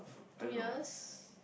two years